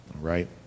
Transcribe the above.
right